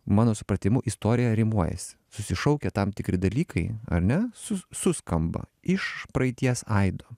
mano supratimu istorija rimuojasi susišaukia tam tikri dalykai ar ne su suskamba iš praeities aido